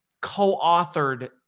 co-authored